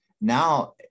Now